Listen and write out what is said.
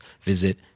visit